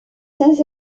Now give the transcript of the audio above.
sans